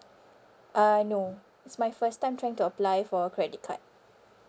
uh no it's my first time trying to apply for a credit card